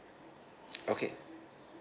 okay